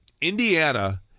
indiana